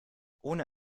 ohne